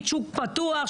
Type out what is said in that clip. שוק פתוח,